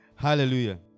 Hallelujah